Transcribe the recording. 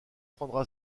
prendra